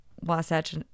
Wasatch